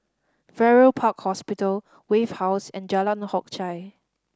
Farrer Park Hospital Wave House and Jalan Hock Chye